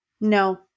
no